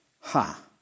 Ha